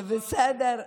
זה בסדר.